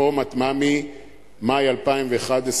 מאי 2011,